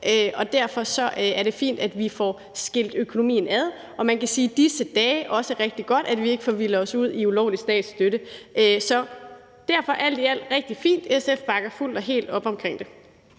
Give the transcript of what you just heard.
og derfor er det fint, at vi får skilt økonomien ad – og man kan sige, at i disse dage er det også rigtig godt, at vi ikke får forvildet os ud i ulovlig statsstøtte. Så derfor er det alt i alt rigtig fint. SF bakker fuldt og helt op om det.